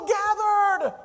gathered